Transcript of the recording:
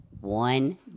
one